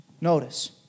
notice